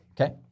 Okay